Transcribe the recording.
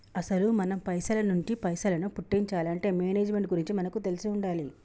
అసలు మనం పైసల నుంచి పైసలను పుట్టించాలంటే మేనేజ్మెంట్ గురించి మనకు తెలిసి ఉండాలి